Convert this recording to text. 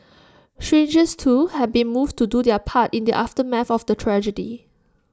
strangers too have been moved to do their part in the aftermath of the tragedy